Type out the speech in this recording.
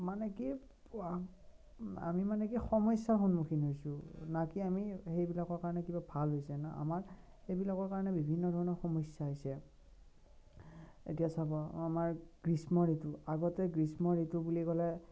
মানে কি কোৱা আমি মানে কি সমস্যাৰ সন্মুখীন হৈছোঁ না কি আমি সেইবিলাকৰ কাৰণে কিবা ভাল হৈছে না আমাৰ এইবিলাকৰ কাৰণে বিভিন্ন ধৰণৰ সমস্যা হৈছে এতিয়া চাব আমাৰ গ্ৰীষ্ম ঋতু আগতে গ্ৰীষ্ম ঋতু বুলি ক'লে